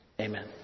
Amen